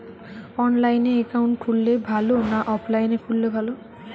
অনলাইনে একাউন্ট খুললে ভালো না অফলাইনে খুললে ভালো?